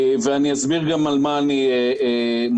אני אסביר על מה אני מסתמך: